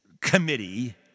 committee